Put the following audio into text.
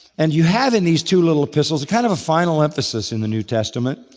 and you have in these two little epistles a kind of a final emphasis in the new testament.